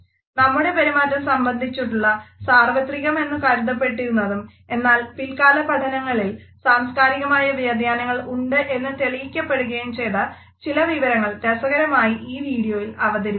നമ്മുടെ പെരുമാറ്റം സംബന്ധിച്ചുള്ള സാർവത്രികമെന്നു കരുത്തപ്പെട്ടിരുന്നതും എന്നാൽ പിൽക്കാല പഠനങ്ങളിൽ സാംസ്കാരികമായ വ്യതിയാനങ്ങൾ ഉണ്ട് എന്ന് തെളിയിക്കപ്പെടുകയും ചെയ്ത ചില വിവരങ്ങൾ രസകരമായി ഈ വിഡിയോയിൽ അവതരിപ്പിക്കുന്നു